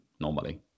normally